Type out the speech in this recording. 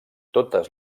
totes